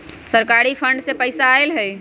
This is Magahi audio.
सरकारी फंड से पईसा आयल ह?